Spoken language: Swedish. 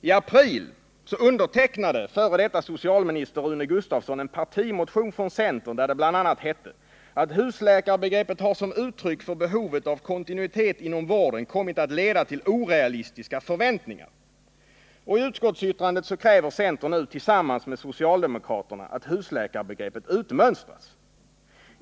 I april undertecknade f. d. socialminister Rune Gustavsson en partimotion från centern, där det bl.a. hette att ”husläkarbegreppet har som uttryck för behovet av kontinuitet inom vården kommit att leda till orealistiska förväntningar”. I utskottsbetänkandet kräver centern nu tillsammans med socialdemokraterna att husläkarbegreppet utmönstras.